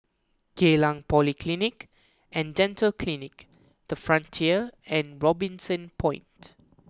Geylang Polyclinic and Dental Clinic the Frontier and Robinson Point